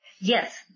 yes